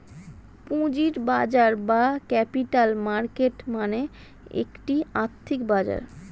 পুঁজির বাজার বা ক্যাপিটাল মার্কেট মানে একটি আর্থিক বাজার